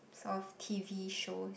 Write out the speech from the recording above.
of T_V shows